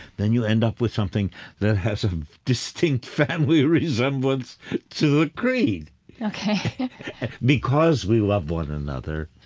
then you end up with something that has a distinct family resemblance to the creed ok because we love one another,